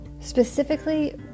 Specifically